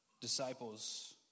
disciples